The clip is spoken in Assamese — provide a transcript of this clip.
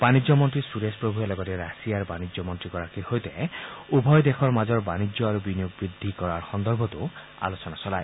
বাণিজ্য মন্ত্ৰী সুৰেশ প্ৰভূৱে লগতে ৰাছিয়াৰ বাণিজ্য মন্ত্ৰীগৰাকীৰ সৈতে উভয় দেশৰ মাজৰ বাণিজ্য আৰু বিনিয়োগ বৃদ্ধি কৰাৰ সন্দৰ্ভতো আলোচনা চলায়